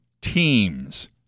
teams